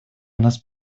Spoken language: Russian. нас